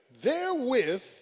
Therewith